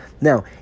Now